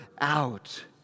out